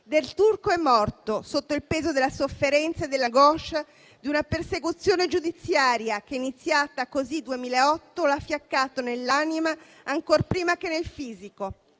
Del Turco è morto sotto il peso della sofferenza e dell'angoscia di una persecuzione giudiziaria che, iniziata nel 2008, l'ha fiaccato nell'anima ancor prima che nel fisico.